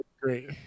great